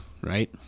right